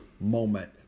moment